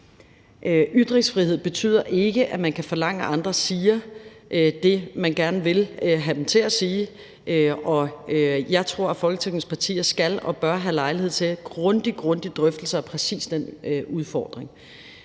Ytringsfrihed betyder ikke, at man kan forlange, at andre siger det, man gerne vil have dem til at sige. Og jeg tror, at Folketingets partier skal og bør have lejlighed til en grundig, grundig drøftelse af præcis den udfordring,